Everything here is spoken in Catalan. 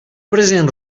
present